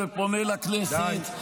תפסיקו להרביץ למשפחות החטופים.